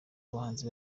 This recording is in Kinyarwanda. bahanzi